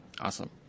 awesome